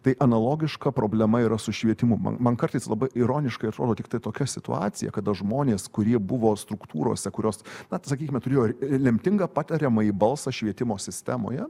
tai analogiška problema yra su švietimu man man kartais labai ironiškai atrodo tiktai tokia situacija kada žmonės kurie buvo struktūrose kurios na sakykime turėjo re lemtingą patariamąjį balsą švietimo sistemoje